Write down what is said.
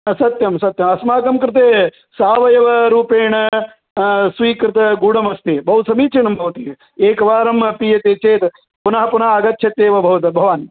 सत्यं सत्यम् अस्माकं कृते सावयवरूपेण स्वीकृतं गुडमस्ति बहु समीचीनं भवति एकवारं पीयते चेत् पुनः पुनः आगच्छत्येव भवतु भवान्